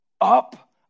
Up